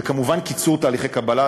וכמובן קיצור תהליכי קבלה,